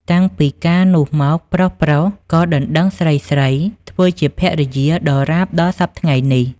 តាំងពីកាលនោះមកប្រុសៗក៏ដណ្តឹងស្រីៗធ្វើជាភរិយាដរាបដល់សព្វថៃ្ងនេះ។